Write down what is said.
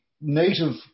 native